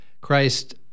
Christ